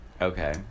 Okay